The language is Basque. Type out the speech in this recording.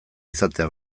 izatea